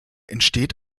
entsteht